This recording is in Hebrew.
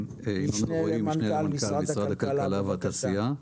משנה למנכ"ל משרד הכלכלה והתעשייה.